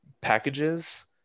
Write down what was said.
packages